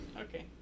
Okay